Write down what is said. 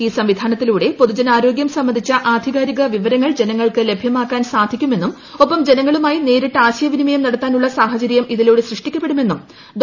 ഈ സംവിധാനത്തിലൂടെ പൊതുജനാരോഗൃം സംബന്ധിച്ച ആധികാരിക വിവരങ്ങൾ ജനങ്ങൾക്ക് ലഭ്യമാക്കാൻ സാധിക്കുമെന്നും ഒപ്പം ജനങ്ങളുമായി നേരിട്ട് ആശയവിനിമയം നടത്താനുള്ള സാഹചര്യം ഇതിലൂടെ സൃഷ്ടിക്കപ്പെടുമെന്നും ഡോ